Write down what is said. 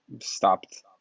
Stopped